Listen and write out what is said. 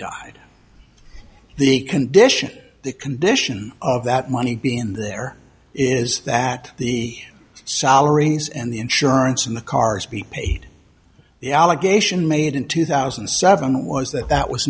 died the condition the condition of that money being in there is that the salaries and the insurance and the cars be paid the allegation made in two thousand and seven was that that was